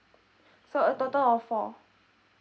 so a total of four